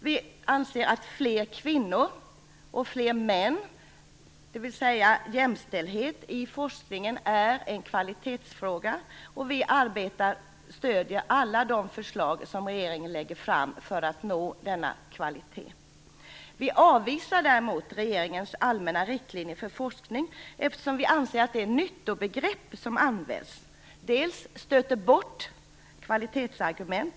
Vi anser att fler kvinnor och fler män, dvs. jämställdhet i forskningen, är en kvalitetsfråga. Vi stöder alla de förslag som regeringen lägger fram för att nå denna kvalitet. Vi avvisar däremot regeringens allmänna riktlinjer för forskning, eftersom vi anser att det "nyttobegrepp" som används stöter bort kvalitetsargument.